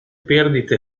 perdite